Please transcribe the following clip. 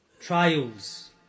trials